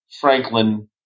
Franklin